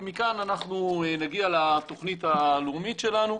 ומכאן אנחנו נגיע לתוכנית הלאומית שלנו,